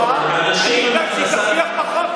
גבוהה ואני אדאג שהיא תרוויח פחות,